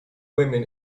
women